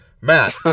Matt